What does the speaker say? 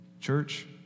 church